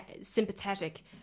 sympathetic